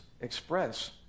express